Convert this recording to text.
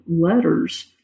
letters